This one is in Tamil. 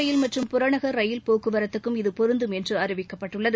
ரயில் மற்றும் புறநகர் ரயில் போக்குவரத்துக்கும் இது பொருந்தும் மெட்ரோ என்று அறிவிக்கப்பட்டுள்ளது